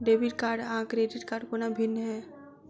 Debit card आ credit कोना भिन्न है?